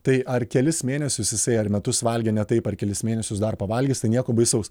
tai ar kelis mėnesius jisai ar metus valgė ne taip ar kelis mėnesius dar pavalgys tai nieko baisaus